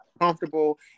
comfortable